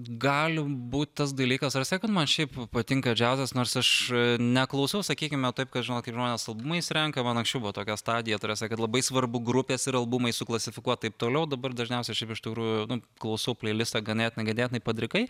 gali būti tas dalykas ar sakant man šiaip patinka džiazas nors aš neklausau sakykime taip kad žinokit žmonės albumais renka man anksčiau buvo tokia stadija ta prasme kad labai svarbu grupės ir albumai suklasifikuot taip toliau dabar dažniausiai šiaip iš tikrųjų nu klausau pleilistą ganėtinai ganėtinai padrikai